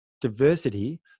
diversity